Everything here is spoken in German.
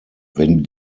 wenn